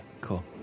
Cool